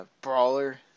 Brawler